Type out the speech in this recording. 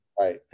right